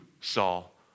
Saul